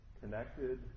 connected